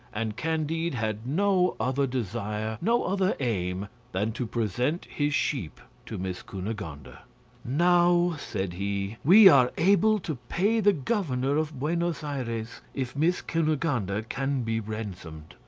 and candide had no other desire, no other aim, than to present his sheep to miss cunegonde. and now, said he, we are able to pay the governor of buenos ayres if miss cunegonde ah can be ransomed.